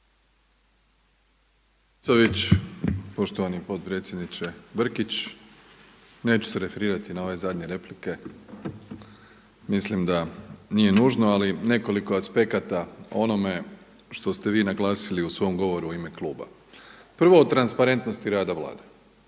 Klisović, poštovani potpredsjedniče Brkić neću se referirati na ove zadnje replike. Mislim da nije nužno ali nekoliko aspekata o onome što ste vi naglasili u svom govoru u ime kluba. Prvo o transparentnosti rada Vlade,